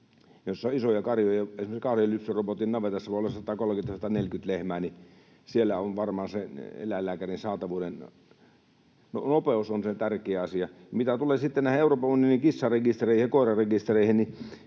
joilla on isoja karjoja, esimerkiksi kahden lypsyrobotin navetassa voi olla 130—140 lehmää. Siellä varmaan se eläinlääkärin saatavuuden nopeus on tärkeä asia. Mitä tulee sitten Euroopan unionin kissarekistereihin ja koirarekistereihin,